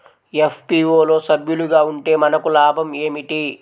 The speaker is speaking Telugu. ఎఫ్.పీ.ఓ లో సభ్యులుగా ఉంటే మనకు లాభం ఏమిటి?